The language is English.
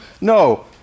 No